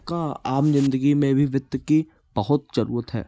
आम जिन्दगी में भी वित्त की बहुत जरूरत है